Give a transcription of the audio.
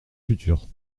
futures